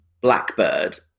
blackbird